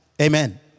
Amen